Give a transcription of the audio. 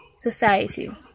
society